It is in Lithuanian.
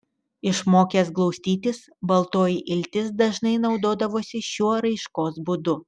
išmokęs glaustytis baltoji iltis dažnai naudodavosi šiuo raiškos būdu